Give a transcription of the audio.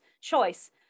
choice